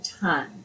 time